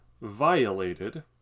violated